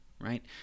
Right